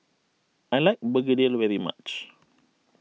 I like Begedil very much